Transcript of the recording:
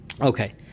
Okay